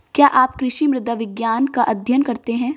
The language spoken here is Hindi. क्या आप कृषि मृदा विज्ञान का अध्ययन करते हैं?